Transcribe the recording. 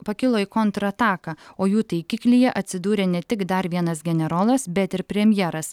pakilo į kontrataką o jų taikiklyje atsidūrė ne tik dar vienas generolas bet ir premjeras